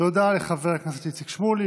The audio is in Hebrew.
תודה לחבר הכנסת איציק שמולי.